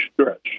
stretch